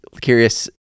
Curious